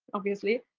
obviously.